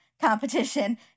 competition